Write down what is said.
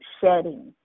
shedding